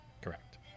Correct